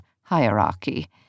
hierarchy